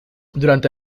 durante